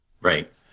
Right